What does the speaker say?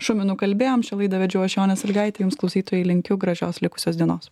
šuminu kalbėjom šią laidą vedžiau aš jonė sąlygaitė jums klausytojai linkiu gražios likusios dienos